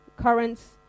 currents